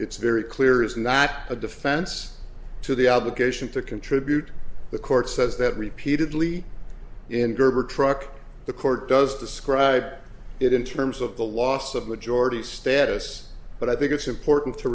it's very clear is not a defense to the obligation to contribute the court says that repeatedly in gerber truck the court does describe it in terms of the loss of majority status but i think it's important to